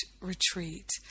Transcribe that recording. Retreat